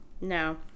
no